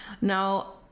now